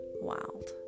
wild